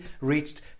reached